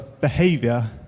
behavior